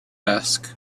ask